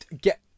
get